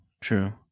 True